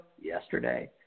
yesterday